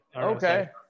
Okay